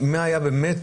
מי היה באמת,